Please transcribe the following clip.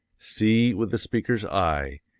see with the speaker's eye,